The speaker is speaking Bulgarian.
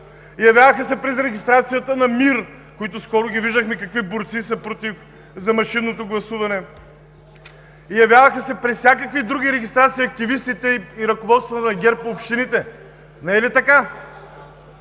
явяваха се през регистрацията на МИР, които ги видяхме какви борци са за машинното гласуване, явяваха се при всякакви други регистрации активистите и ръководството на ГЕРБ по общините. Не е ли така?!